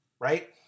right